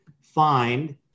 find